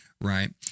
right